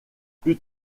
plus